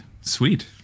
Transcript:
Sweet